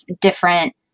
different